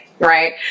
Right